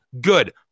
good